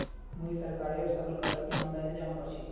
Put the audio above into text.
मुई सरकारेर सबल करक ईमानदारी स जमा कर छी